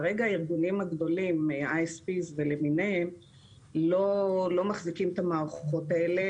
כרגע הארגונים הגדולים כמו ISP לא מחזיקים את המערכות האלה.